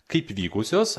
kaip vykusios